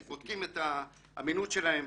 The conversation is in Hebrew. איך בודקים האמינות שלהם.